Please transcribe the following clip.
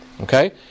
Okay